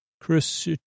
Chris